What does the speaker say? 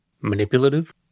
Manipulative